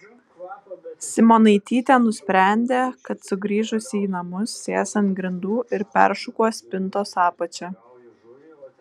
simonaitytė nusprendė kad sugrįžusi į namus sės ant grindų ir peršukuos spintos apačią